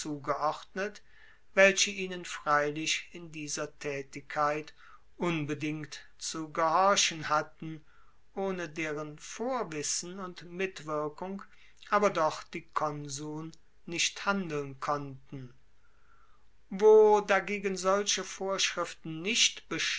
zugeordnet welche ihnen freilich in dieser taetigkeit unbedingt zu gehorchen hatten ohne deren vorwissen und mitwirkung aber doch die konsuln nicht handeln konnten wo dagegen solche vorschriften nicht